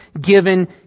given